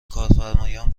کارفرمایان